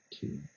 two